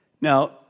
Now